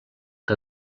que